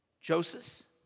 Joseph